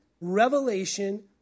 revelation